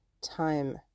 time